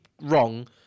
wrong